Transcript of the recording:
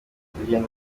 urugendo